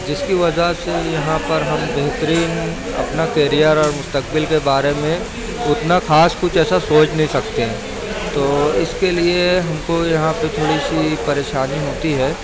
جس کی وجہ سے یہاں پر ہم بہترین اپنا کیریئر اور مستقبل کے بارے میں اتنا خاص کچھ ایسا سوچ نہیں سکتے ہیں تو اس کے لیے ہم کو یہاں پہ تھوڑی سی پریشانی ہوتی ہے